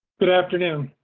good afternoon.